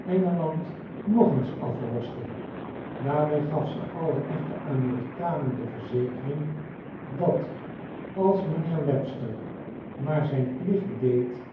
engeland nog eens afroste daarbij gaf ze alien echten amerikanen de verzekering dat als mijnheer webster maar zijn plicht deed